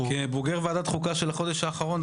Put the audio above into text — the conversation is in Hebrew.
--- כבוגר ועדת חוקה של החודש האחרון,